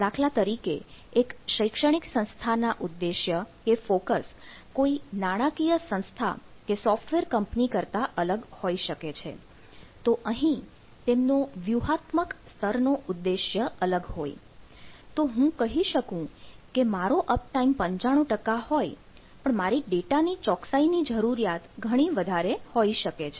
દાખલા તરીકે એક શૈક્ષણિક સંસ્થાના ઉદ્દેશ્ય કે ફોકસ 95 હોય પણ મારી ડેટાની ચોકસાઈ ની જરૂરિયાત ઘણી વધારે હોઈ શકે છે